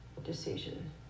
Decision